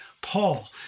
Paul